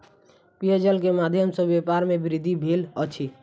पेयजल के माध्यम सॅ व्यापार में वृद्धि भेल अछि